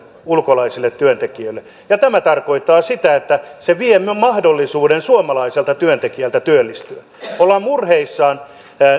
ulkolaisille työntekijöille tämä tarkoittaa sitä että se vie mahdollisuuden suomalaiselta työntekijältä työllistyä ollaan murheissaan